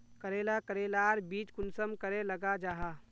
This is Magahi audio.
करेला करेलार बीज कुंसम करे लगा जाहा?